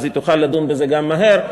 אז היא תוכל לדון בזה גם מהר,